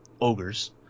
ogres